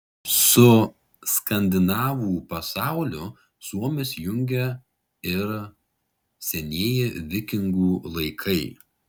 su skandinavų pasauliu suomius jungia ir senieji vikingų laikai